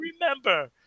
remember